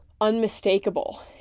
unmistakable